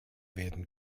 werden